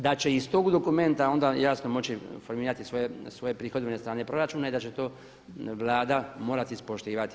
Da će iz tog dokumenta onda jasno moći formirati svoje prihodovne strane proračuna i da će to Vlada morati ispoštivati.